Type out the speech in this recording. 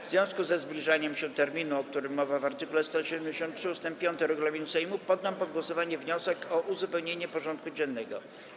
W związku ze zbliżaniem się terminu, o którym mowa w art. 173 ust. 5 regulaminu Sejmu, poddam pod głosowanie wniosek o uzupełnienie porządku dziennego.